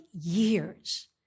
years